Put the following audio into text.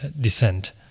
descent